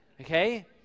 okay